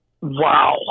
wow